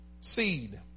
seed